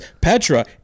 Petra